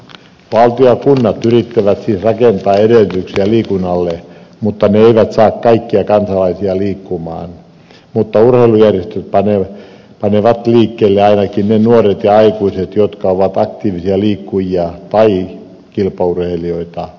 valtio ja kunnat yrittävät siis rakentaa edellytyksiä liikunnalle mutta ne eivät saa kaikkia kansalaisia liikkumaan mutta urheilujärjestöt panevat liikkeelle ainakin ne nuoret ja aikuiset jotka ovat aktiivisia liikkujia tai kilpaurheilijoita